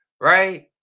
right